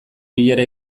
bilera